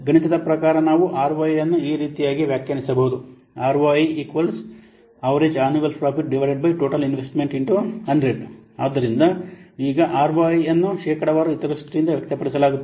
ಗಣಿತದ ಪ್ರಕಾರ ನಾವು ಆರ್ಒಐ ಅನ್ನು ಈ ರೀತಿಯಾಗಿ ವ್ಯಾಖ್ಯಾನಿಸಬಹುದು ಆದ್ದರಿಂದ ಈಗ ಆರ್ಒಐ ಅನ್ನು ಶೇಕಡಾವಾರು ದೃಷ್ಟಿಯಿಂದ ವ್ಯಕ್ತಪಡಿಸಲಾಗುತ್ತದೆ